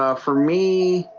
ah for me